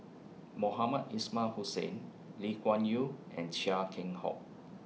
Mohamed Ismail Hussain Lee Kuan Yew and Chia Keng Hock